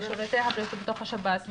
לשירותי הבריאות בתוך השב"ס,